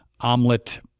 omelet